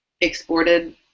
exported